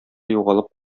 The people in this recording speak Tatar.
югалып